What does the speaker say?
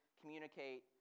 communicate